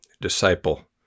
disciple